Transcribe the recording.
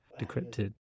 decrypted